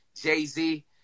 Jay-Z